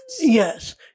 yes